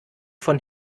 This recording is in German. von